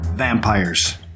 Vampires